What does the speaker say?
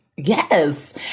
Yes